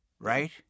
Right